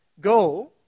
Go